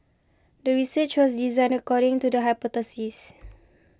the research was designed according to the hypothesis